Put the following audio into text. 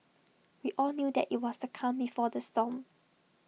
we all knew that IT was the calm before the storm